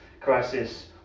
Crisis